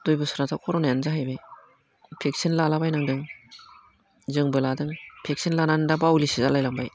दुइ बोसोराथ' कर'नायानो जाहैबाय भेक्सिन लाला बायनांदों जोंबो लादों भेक्सिन लानानै दा बावलिसो जालाय लांबाय